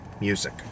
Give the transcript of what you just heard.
music